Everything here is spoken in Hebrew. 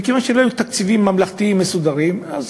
מכיוון שלא היו תקציבים ממלכתיים מסודרים, אז